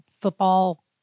Football